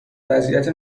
وضعیت